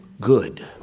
good